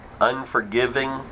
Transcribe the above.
unforgiving